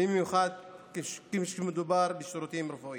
במיוחד כשמדובר בשירותים רפואיים.